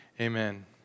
amen